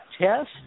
test